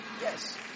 Yes